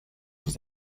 vous